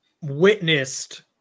witnessed